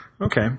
Okay